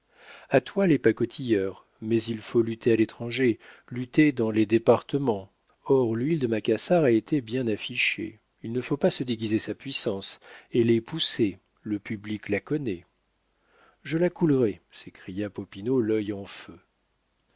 a toi les pacotilleurs mais il faut lutter à l'étranger lutter dans les départements or l'huile de macassar a été bien affichée il ne faut pas se déguiser sa puissance elle est poussée le public la connaît je la coulerai s'écria popinot l'œil en feu